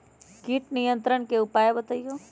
किट नियंत्रण के उपाय बतइयो?